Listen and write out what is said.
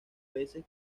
veces